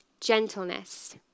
Gentleness